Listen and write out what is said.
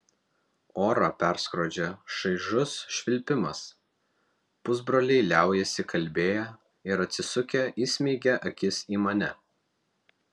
orą perskrodžia šaižus švilpimas pusbroliai liaujasi kalbėję ir atsisukę įsmeigia akis į mane